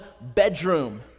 bedroom